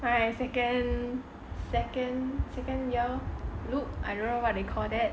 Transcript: my second second ear loop I don't know what they call that